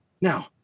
now